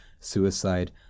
suicide